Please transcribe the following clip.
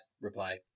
reply